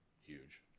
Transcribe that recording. Huge